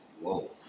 Whoa